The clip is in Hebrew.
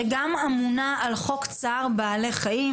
שגם אמונה על חוק צער בעלי חיים,